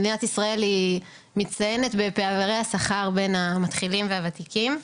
מדינת ישראל מצטיינת בפערי השכר בין המתחילים והוותיקים.